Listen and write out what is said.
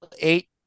eight